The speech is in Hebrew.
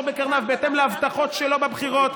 בקרניו בהתאם להבטחות שלו בבחירות,